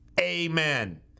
Amen